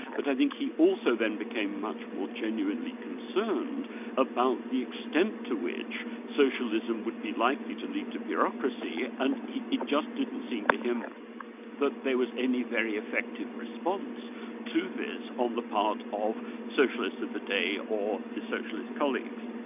but i think he also then became much more genuinely concerned about the extent to which socialism would be likely to lead to bureaucracy, and it just didn't seem to him that there was any very effective response to this on the part of socialists of the day, or his socialist colleagues.